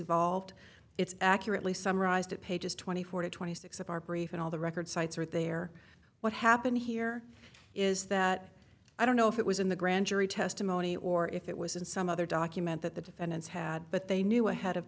lawless volved it's accurately summarized at pages twenty four to twenty six of our brief and all the record cites are there what happened here is that i don't know if it was in the grand jury testimony or if it was in some other document that the defendants had but they knew ahead of